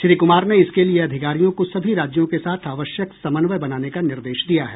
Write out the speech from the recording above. श्री कुमार ने इसके लिए अधिकारियों को सभी राज्यों के साथ आवश्यक समन्वय बनाने का निर्देश दिया है